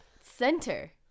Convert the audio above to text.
center